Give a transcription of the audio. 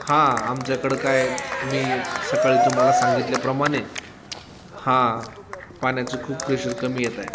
हां आमच्याकडं काय मी सकाळी तुम्हाला सांगितल्याप्रमाने हां पाण्याचं खूप प्रेशर कमी येत आहे